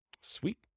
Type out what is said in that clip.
Sweet